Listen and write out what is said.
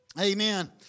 Amen